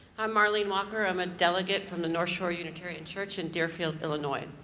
i'm marlene walker. i'm a delegate from the north shore unitarian church in deer field, illinois.